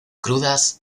crudas